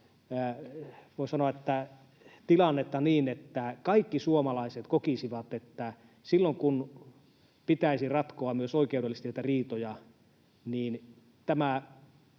tilannetta niin, että kaikki suomalaiset kokisivat, että silloin kun pitäisi ratkoa myös oikeudellisesti näitä riitoja, niin